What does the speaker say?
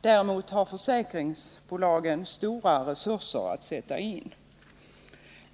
Däremot har försäkringsbolagen stora resurser att sätta in.